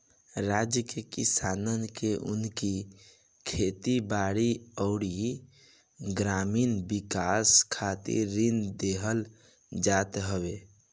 राज्य के किसानन के उनकी खेती बारी अउरी ग्रामीण विकास खातिर ऋण देहल जात हवे